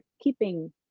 keeping